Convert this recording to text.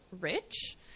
rich